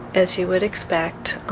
as you would expect,